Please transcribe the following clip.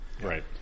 Right